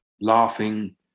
laughing